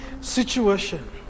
situation